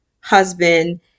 husband